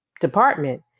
department